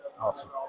Awesome